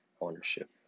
ownership